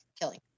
killing